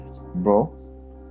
bro